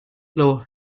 low